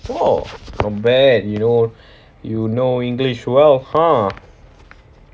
orh not bad you know you know english well !huh!